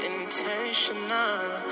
Intentional